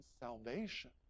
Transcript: salvation